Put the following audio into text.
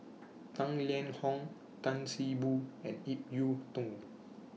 Tang Liang Hong Tan See Boo and Ip Yiu Tung